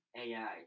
AI